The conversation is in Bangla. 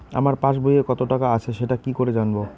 আমার পাসবইয়ে কত টাকা আছে সেটা কি করে জানবো?